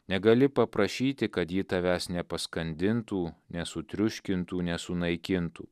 negali paprašyti kad ji tavęs nepaskandintų nesutriuškintų nesunaikintų